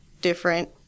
different